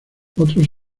otros